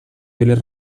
vil·les